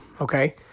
Okay